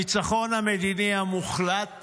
הניצחון המדיני המוחלט